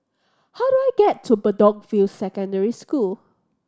how do I get to Bedok View Secondary School